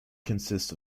consists